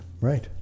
Right